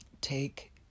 Take